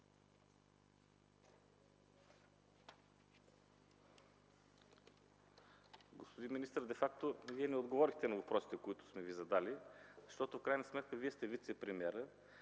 Господин министър, де факто, Вие не отговорихте на въпросите, които сме Ви задали. В крайна сметка Вие сте вицепремиерът